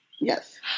yes